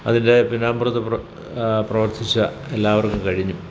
അതിൻ്റെ പിന്നാമ്പുറത്ത് പ്ര പ്രവർത്തിച്ച എല്ലവർക്കും കഴിഞ്ഞു